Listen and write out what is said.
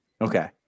Okay